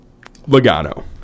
Logano